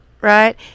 Right